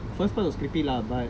first part was creepy lah but